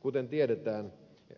kuten tiedetään